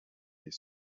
his